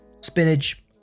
spinach